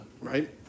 right